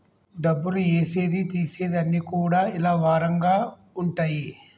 డబ్బులు ఏసేది తీసేది అన్ని కూడా ఇలా వారంగా ఉంటయి